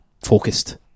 focused